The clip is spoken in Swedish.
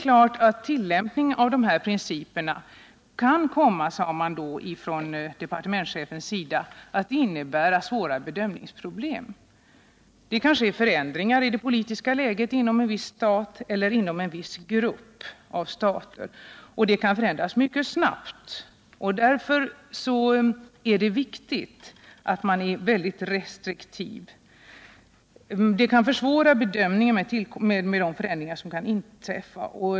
Departementschefen sade vid det tillfället att det är klart att tillämpningen kan komma att innebära svåra bedömningsproblem. Det kan ske förändringar av det politiska läget inom en viss stat eller inom en viss grupp av stater, och förändringarna kan ske mycket snabbt. Därför är det viktigt att man är mycket restriktiv. Förändringar som kan inträffa kan alltså försvåra bedömningen.